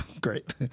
Great